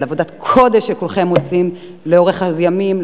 ועל עבודת הקודש שכולכם עושים לאורך הימים,